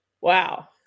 wow